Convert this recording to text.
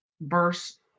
verse